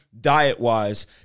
diet-wise